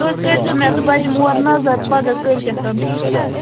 تُہۍ کٔرۍزیٚو مےٚ تہٕ بہٕ دِمہٕ اور نَظر پَگاہ کٲلۍ کٮ۪تھ تام ٹھیٖک چھا